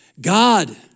God